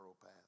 path